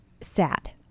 sad